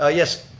ah yes,